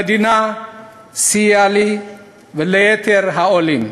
המדינה סייעה לי וליתר העולים.